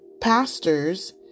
pastors